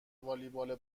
والیبال